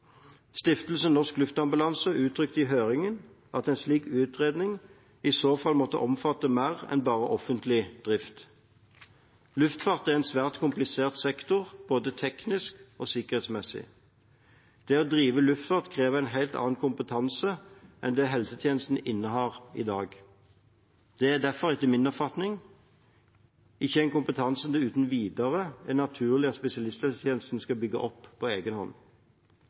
Stiftelsen Norsk Luftambulanse uttrykte i høringen at en slik utredning i så fall måtte omfatte mer enn bare offentlig drift. Luftfart er en svært komplisert sektor både teknisk og sikkerhetsmessig. Det å drive luftfart krever en helt annen kompetanse enn det helsetjenesten innehar i dag. Det er derfor, etter min oppfatning, ikke en kompetanse det uten videre er naturlig at spesialisthelsetjenesten skal bygge opp på egen hånd.